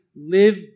live